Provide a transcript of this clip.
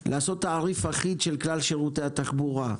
אולי לעשות תעריף אחיד של כלל שירותי התחבורה.